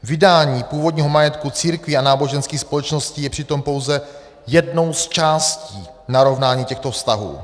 Vydání původního majetku církví a náboženských společností je přitom pouze jednou z částí narovnání těchto vztahů.